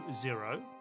zero